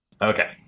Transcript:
Okay